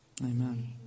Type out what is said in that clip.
Amen